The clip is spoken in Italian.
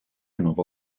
nuovo